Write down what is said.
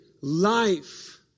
life